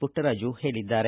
ಪುಟ್ಟರಾಜು ಹೇಳಿದ್ದಾರೆ